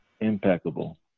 Impeccable